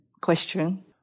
question